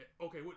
okay